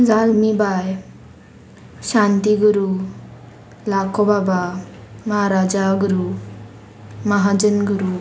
जाल्मीबाय शांती गुरू लाखो बाबा महाराजा गुरू महाजन गुरू